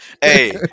Hey